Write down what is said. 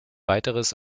weiteres